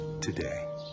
today